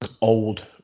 old